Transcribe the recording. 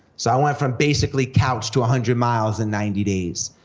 so i went from basically couch to a hundred miles in ninety days.